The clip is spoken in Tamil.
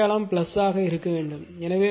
எனவே அடையாளம் ஆக இருக்க வேண்டும்